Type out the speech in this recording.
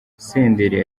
senderi